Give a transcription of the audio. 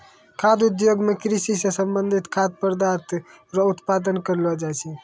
खाद्य उद्योग मे कृषि से संबंधित खाद्य पदार्थ रो उत्पादन करलो जाय छै